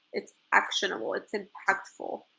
it's actionable, it's impactful!